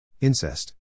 Incest